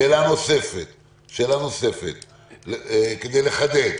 שאלה נוספת כדי לחדד.